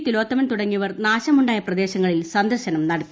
തിലോത്തമൻ തുടങ്ങിയവർ നാശമുണ്ടായ പ്രദേശങ്ങളിൽ സന്ദർശനം നടത്തി